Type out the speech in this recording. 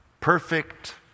Perfect